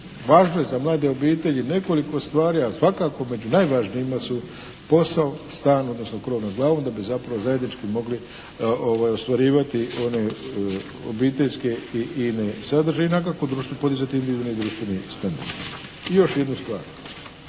Važno je za mlade obitelji nekoliko stvari, a svakako među najvažnijima su posao, stan, odnosno krov nad glavom da bi zapravo zajednički mogli ostvarivati one obiteljske i ine sadržaje i na dakako … /Ne razumije se./ … I još jednu stvar.